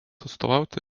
atstovauti